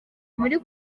muri